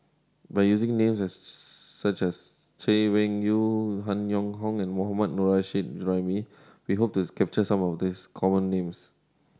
by using names such as Chay Weng Yew Han Yong Hong and Mohammad Nurrasyid Juraimi we hope to capture some of these common names